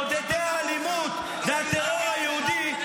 מעודדי האלימות והטרור היהודי,